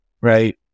right